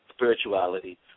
spirituality